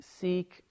Seek